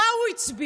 מה הוא הצביע?